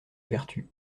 vertu